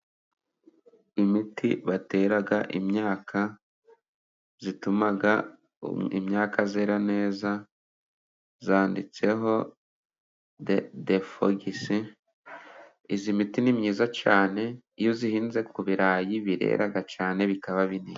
Imiti batera imyaka ituma imyaka yera neza, yanditseho defogisi. Iyi miti ni myiza cyane, iyo uyihinze ku birarayi birera cyane bikaba bi...